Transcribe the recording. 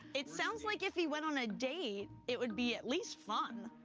it sounds like if he went on a date, it would be at least fun.